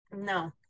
no